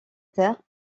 terre